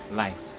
life